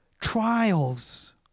trials